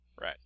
Right